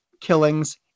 killings